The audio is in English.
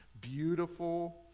beautiful